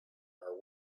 are